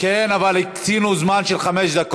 זה תקציב לשנתיים,